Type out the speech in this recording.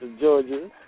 Georgia